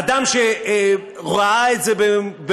אדם שראה את זה במו-עיניו,